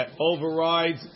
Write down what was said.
overrides